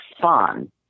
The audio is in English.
fun